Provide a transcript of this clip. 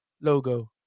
logo